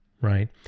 Right